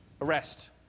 arrest